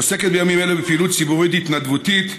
ועוסקת בימים אלו בפעילות ציבורית התנדבותית,